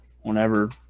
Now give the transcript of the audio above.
whenever